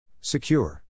Secure